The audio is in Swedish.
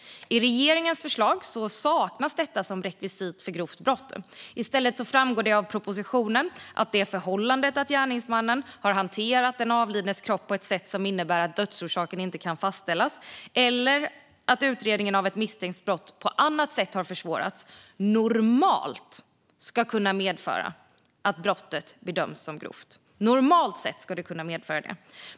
I regeringens förslag saknas detta som rekvisit för grovt brott. I stället framgår det av propositionen att förhållandet att gärningsmannen har hanterat den avlidnes kropp på ett sätt som innebär att dödsorsaken inte kan fastställas eller att utredningen av ett misstänkt brott på annat sätt försvåras normalt ska kunna medföra att brottet bedöms som grovt. Normalt ska det kunna medföra det.